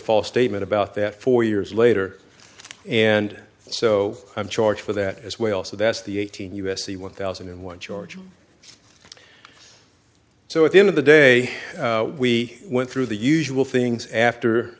false statement about that four years later and so i'm charged for that as well so that's the eighteen u s c one thousand and one charge so at the end of the day we went through the usual things after